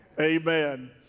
Amen